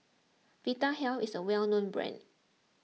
Vitahealth is a well known brand